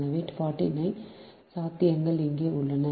எனவே 49 சாத்தியங்கள் இங்கே உள்ளன